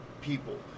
people